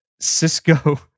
Cisco